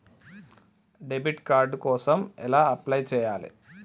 Debit card కోసం ఎలా apply చేయాలి?